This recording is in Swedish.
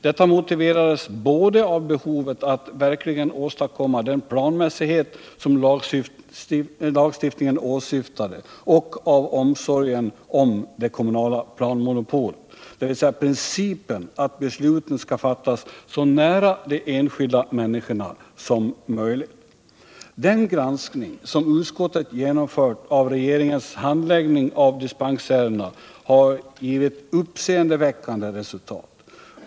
Detta motiverades både av behovet att verkligen åstadkomma den planmässighet som lagstiftningen åsyftade och av omsorgen om det kommunala ”planmonopolet” — dvs. principen att besluten skall fattas så nära de enskilda människorna som möjligt. Den granskning som utskottet genomfört av regeringens handläggning av dispensärendena har givit uppseendeväckande resultat.